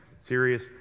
serious